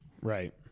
right